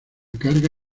carga